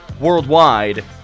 worldwide